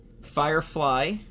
Firefly